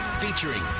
Featuring